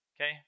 Okay